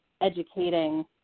educating